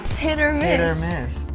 hitter minimus,